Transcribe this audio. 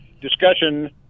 discussion